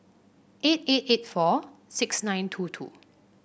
eight eight eight four six nine two two